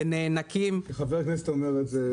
ונאנקים --- כשחבר כנסת אומר את זה,